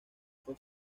fue